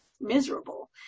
miserable